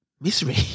misery